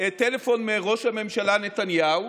טלפון מראש הממשלה נתניהו,